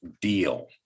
deal